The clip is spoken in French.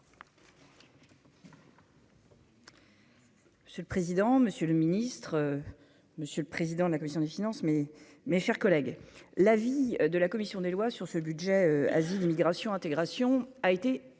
Monsieur le président, monsieur le ministre, monsieur le président de la commission des finances, mais mes chers collègues, l'avis de la commission des lois sur ce budget, asile, immigration, intégration a été